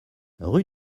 rue